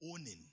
owning